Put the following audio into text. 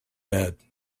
bed